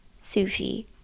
sushi